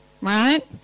Right